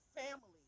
family